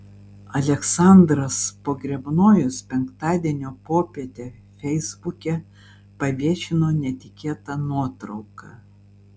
aleksandras pogrebnojus penktadienio popietę feisbuke paviešino netikėtą nuotrauką